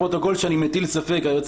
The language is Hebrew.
לפרוטוקול שאני מטיל ספק היועצת